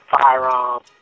firearm